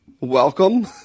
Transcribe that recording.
welcome